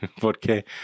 porque